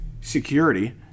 security